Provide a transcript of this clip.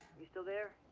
are you still there?